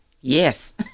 Yes